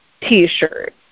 T-shirt